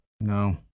no